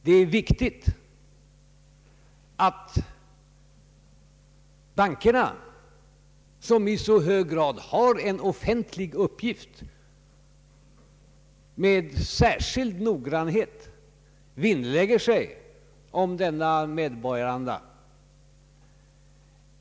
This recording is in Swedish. Det är viktigt att bankerna, som i så hög grad har en offentlig uppgift, med särskild noggrannhet vinnlägger sig om denna medborgaranda.